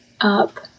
up